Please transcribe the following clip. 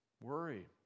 Worry